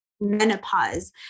menopause